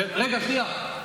רגע, שנייה.